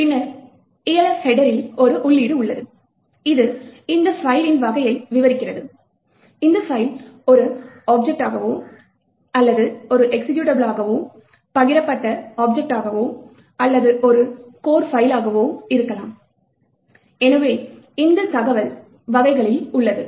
பின்னர்Elf ஹெட்டரில் ஒரு உள்ளீடு உள்ளது இது இந்த பைலின் வகையை விவரிக்கிறது இந்த பைல் ஒரு ஆப்ஜெக்டாகவோ அல்லது எக்சிகியூட்டாகவோ பகிரப்பட்ட ஆப்ஜெக்டாகவோ அல்லது ஒரு கோர் பைல்லாகவோ இருக்கலாம் எனவே இந்த தகவல் வகைகளில் உள்ளது